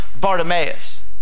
Bartimaeus